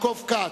יעקב כץ,